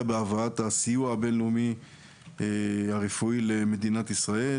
בהעברת הסיוע הבין-לאומי הרפואי למדינת ישראל.